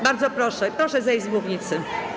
Bardzo proszę, proszę zejść z mównicy.